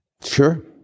Sure